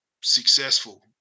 successful